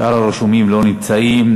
שאר הרשומים לא נמצאים.